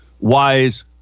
wise